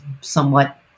somewhat